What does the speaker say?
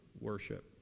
worship